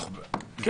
זה.